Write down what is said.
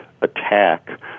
attack